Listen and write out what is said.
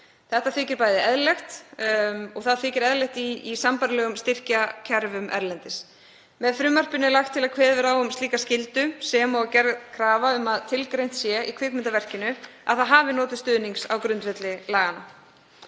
Þetta þykir eðlilegt og það þykir eðlilegt í sambærilegum styrkjakerfum erlendis. Með frumvarpinu er lagt til að kveðið verði á um slíka skyldu sem og gerð krafa um að tilgreint sé í kvikmyndaverkinu að það hafi notið stuðnings á grundvelli laganna.